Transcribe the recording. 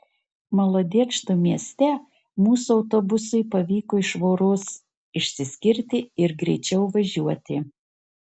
molodečno mieste mūsų autobusui pavyko iš voros išsiskirti ir greičiau važiuoti